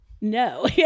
no